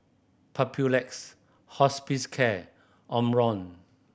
Papulex Hospicare Omron